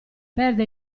perde